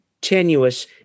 tenuous